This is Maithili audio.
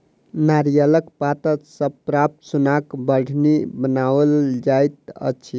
नारियलक पात सॅ प्राप्त सोनक बाढ़नि बनाओल जाइत अछि